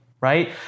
right